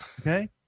Okay